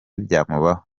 byamubaho